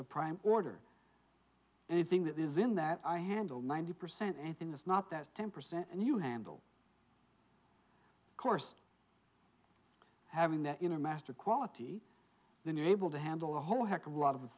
the prime order anything that is in that i handle ninety percent anything is not that ten percent and you handle course having that inner master quality than you able to handle a whole heck of a lot of